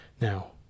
now